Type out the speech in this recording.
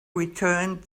returned